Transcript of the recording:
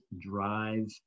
drive